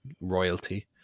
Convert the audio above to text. royalty